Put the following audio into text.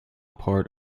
part